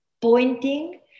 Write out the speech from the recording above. pointing